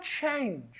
change